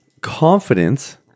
confidence